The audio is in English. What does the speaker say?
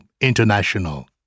International